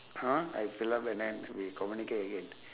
hold on I fill up and then we communicate again